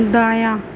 دایاں